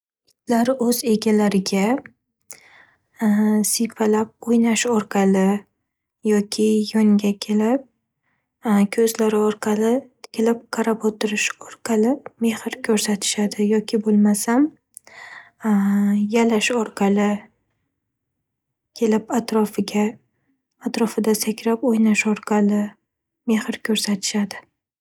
Itlar o'z egalariga siypalab o'ynash orqali yoki yoniga kelib ko'zlari orqali tikilib qarab o'tirish orqali mehr ko'rsatishadi yoki bo'lmasam, yalash orqali kelib atrofiga-atrofida sakrab o'ynash orqali mehr ko'rsatishadi.